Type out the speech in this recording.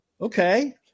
okay